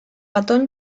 ratón